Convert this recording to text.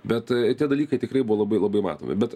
bet tie dalykai tikrai buvo labai labai matomi bet